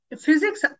physics